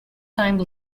time